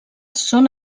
són